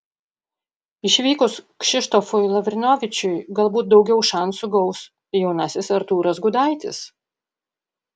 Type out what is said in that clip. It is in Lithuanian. išvykus kšištofui lavrinovičiui galbūt daugiau šansų gaus jaunasis artūras gudaitis